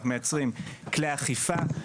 אנחנו מייצרים כלי אכיפה,